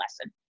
lesson